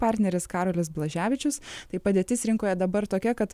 partneris karolis blaževičius tai padėtis rinkoje dabar tokia kad